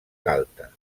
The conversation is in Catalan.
galta